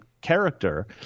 character